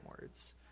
words